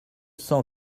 cent